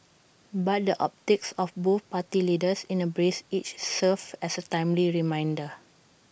but the optics of both party leaders in A brace each serves as A timely reminder